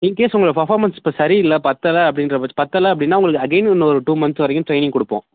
in case உங்களோட performance இப்போ சரியில்லை பத்தலை அப்படின்ற பட்ச பத்தலை அப்படின்னா உங்களுக்கு அகைன் இன்னொரு டூ மந்த்ஸ் வரைக்கும் ட்ரெயினிங் கொடுப்போம்